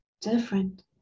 different